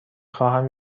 خواهم